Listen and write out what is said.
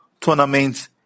tournament